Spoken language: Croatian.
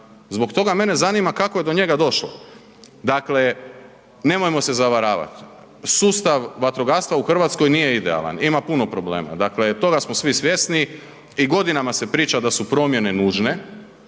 zbog toga mene zanima kako je do njega došlo, dakle nemojmo se zavaravat, sustav vatrogastva u RH nije idealan, ima puno problema, dakle toga smo svi svjesni i godinama se priča da su promjene nužne